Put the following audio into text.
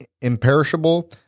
imperishable